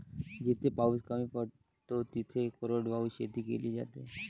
जिथे पाऊस कमी पडतो तिथे कोरडवाहू शेती केली जाते